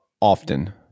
often